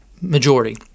majority